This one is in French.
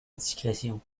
discrétion